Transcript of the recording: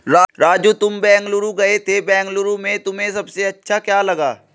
राजू तुम बेंगलुरु गए थे बेंगलुरु में तुम्हें सबसे अच्छा क्या लगा?